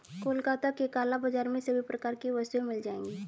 कोलकाता के काला बाजार में सभी प्रकार की वस्तुएं मिल जाएगी